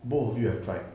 both of you have tried